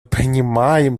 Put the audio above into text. понимаем